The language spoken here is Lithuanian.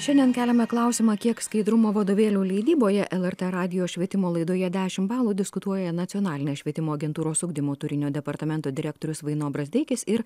šiandien keliame klausimą kiek skaidrumo vadovėlių leidyboje lrt radijo švietimo laidoje dešimt balų diskutuoja nacionalinės švietimo agentūros ugdymo turinio departamento direktorius vainas brazdeikis ir